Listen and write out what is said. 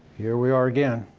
here we are again.